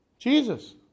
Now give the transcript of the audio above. Jesus